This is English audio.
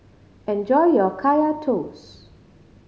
enjoy your Kaya Toast